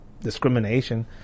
discrimination